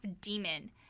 demon